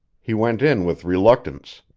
he went in with reluctance.